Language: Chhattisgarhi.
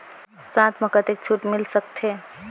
साथ म कतेक छूट मिल सकथे?